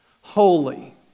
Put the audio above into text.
holy